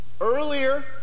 Earlier